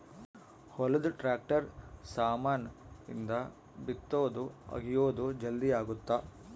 ಹೊಲದ ಟ್ರಾಕ್ಟರ್ ಸಾಮಾನ್ ಇಂದ ಬಿತ್ತೊದು ಅಗಿಯೋದು ಜಲ್ದೀ ಅಗುತ್ತ